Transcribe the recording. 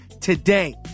today